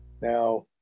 Now